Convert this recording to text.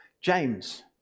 James